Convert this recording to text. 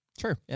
Sure